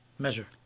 Measure